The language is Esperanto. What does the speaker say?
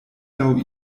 laŭ